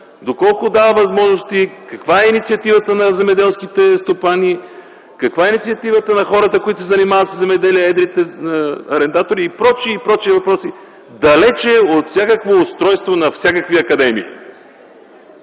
доколко дава възможности, каква е инициативата на земеделските стопани, каква е инициативата на хората, занимаващи се със земеделие, едрите арендатори и прочие и прочие въпроси, далече от всякакво устройство на всякакви академии.